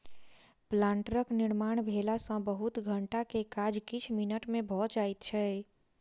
प्लांटरक निर्माण भेला सॅ बहुत घंटा के काज किछ मिनट मे भ जाइत छै